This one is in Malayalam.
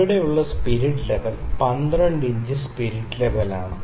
ഇവിടെയുള്ള ഈ സ്പിരിറ്റ് ലെവൽ 12 ഇഞ്ച് സ്പിരിറ്റ് ലെവലാണ്